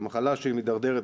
זו מחלה שמידרדרת.